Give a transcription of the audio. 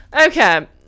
Okay